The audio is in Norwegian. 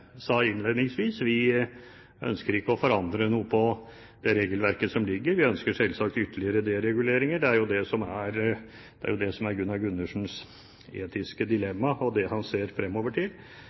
sa innledningsvis: Vi ønsker ikke å forandre noe på det regelverket som foreligger. Vi ønsker selvsagt ytterligere dereguleringer. Det er det som er Gunnar Gundersens etiske dilemma, og det han ser fremover til.